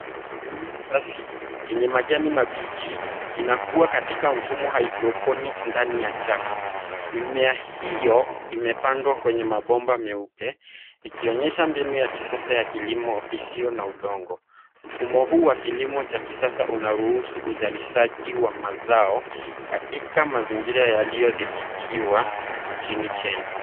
Mimea safi yenye majani mabichi inakua katika mfumo wa haidroponik ndani ya chafu, mimea hiyo imepandwa kwenye mabomba meupe ikionyesha mbinu ya kisasa ya kilimo isiyo na udongo, mfumo huu wa kilimo cha kisasa unaruhusu uzalishaji wa mazao katika mazingira yaliyodhibitiwa nchini Kenya.